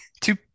Two